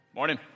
Morning